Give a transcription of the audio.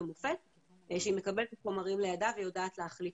במוקד השכר והכספים שהיא מקבלת את החומרים לידה והיא יודעת להחליט.